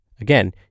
Again